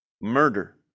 murder